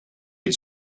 had